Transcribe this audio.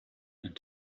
and